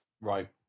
Right